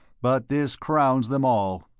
but this crowns them all.